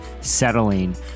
settling